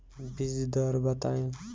बीज दर बताई?